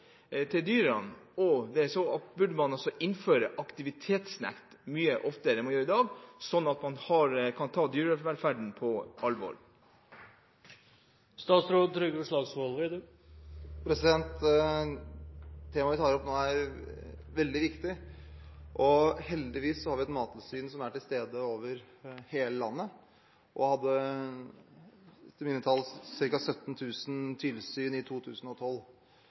til dyrene burde man ilegge aktivitetsnekt mye oftere enn man gjør i dag, slik at man kan ta dyrevelferden på alvor? Temaet vi tar opp nå, er veldig viktig, og heldigvis har vi et mattilsyn som er til stede over hele landet. De hadde, etter mine tall, ca. 17 000 tilsyn i 2012.